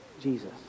Jesus